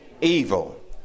evil